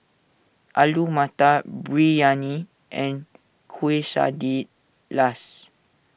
Alu Matar Biryani and Quesadillas